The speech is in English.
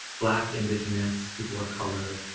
black, indigenous, people of color,